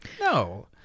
no